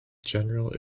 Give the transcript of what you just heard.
general